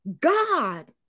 God